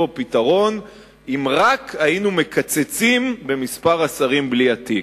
פתרון אם רק היינו מקצצים במספר השרים בלי התיק.